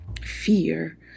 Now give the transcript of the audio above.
fear